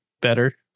better